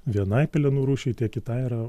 vienai pelenų rūšiai tiek kitai yra